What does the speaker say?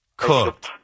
Cook